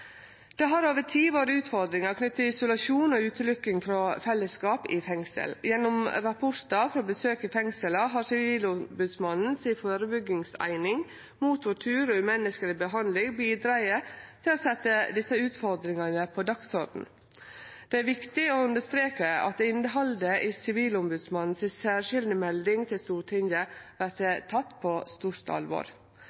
Det har over tid vore utfordringar knytte til isolasjon og utelukking frå fellesskap i fengsel. Gjennom rapportar frå besøk i fengsla har Sivilombodsmannen si førebyggingseining mot tortur og umenneskeleg behandling bidrege til å setje desse utfordringane på dagsordenen. Det er viktig å understreke at innhaldet i Sivilombodsmannen si særskilde melding til Stortinget vert